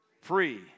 free